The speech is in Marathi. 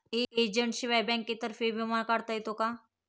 एजंटशिवाय बँकेतर्फे विमा काढता येतो का?